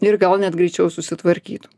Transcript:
ir gal net greičiau susitvarkytų